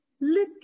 little